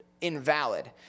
invalid